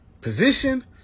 position